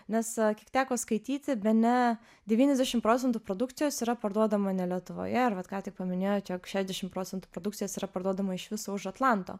nes kiek teko skaityti bene devyniasdešim procentų produkcijos yra parduodama ne lietuvoje ir va ką tik paminėjot jog šešdešim procentų produkcijos yra parduodama iš viso už atlanto